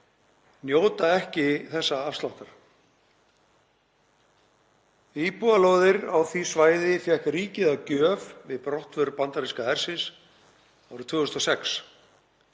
„njóta ekki þess afsláttar. Íbúðarlóðir á því svæði fékk ríkið að gjöf við brottför bandaríska hersins árið 2006.